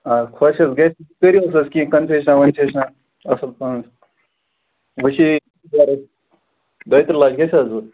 آ خۅش حظ گَژھِ کٔرِو حظ کیٚنٛہہ کنسیٚشناہ ونسیٚشناہ اَصٕل پَہم دۅیہِ ترٕٛہ لچھ گژھِ حظ وۅنۍ